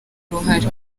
uruhare